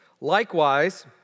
Likewise